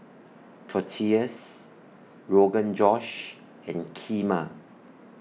Tortillas Rogan Josh and Kheema